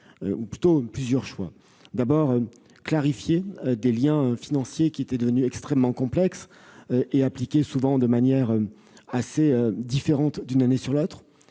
faisons plusieurs choix. D'abord, nous clarifions des liens financiers qui étaient devenus extrêmement complexes et souvent appliqués de manière assez différente d'une année sur l'autre.